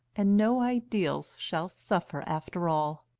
and no ideals shall suffer after all.